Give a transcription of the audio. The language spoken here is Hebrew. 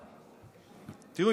תראו,